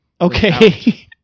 Okay